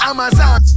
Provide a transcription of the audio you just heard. Amazon